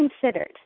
considered